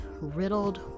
riddled